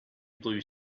blue